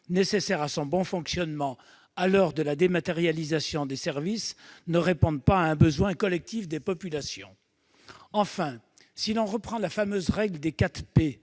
nécessaires à son bon fonctionnement, à l'heure de la dématérialisation des services, ne répondrait pas à un besoin collectif des populations. Enfin, si l'on reprend la fameuse règle des « 4